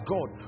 God